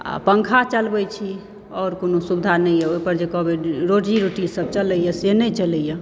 आ पंखा चलबै छी और कोनो सुविधा नहि यऽ ओहिपर जे कहबै जे रोजी रोटी चलैया से नहि चलैया